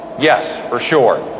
yes, for sure.